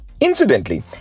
Incidentally